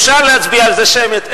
אפשר להצביע על זה שמית,